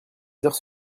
heures